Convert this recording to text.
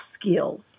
skills